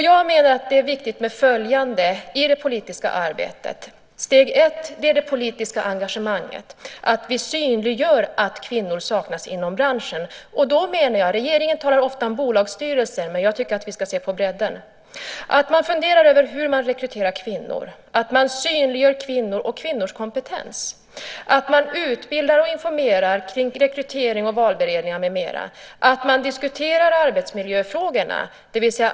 Jag menar att det är viktigt med följande i det politiska arbetet: Först kommer det politiska engagemanget, att vi synliggör att kvinnor saknas inom branschen. Regeringen talar ofta om bolagsstyrelser, men jag tycker att vi ska se på bredden. Man ska fundera över hur man rekryterar kvinnor. Man ska synliggöra kvinnor och kvinnors kompetens. Man ska utbilda och informera kring rekrytering, valberedningar med mera. Man ska diskutera arbetsmiljöfrågorna.